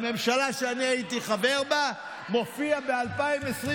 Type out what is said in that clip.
בממשלה שאני הייתי חבר בה, מופיע ב-2023,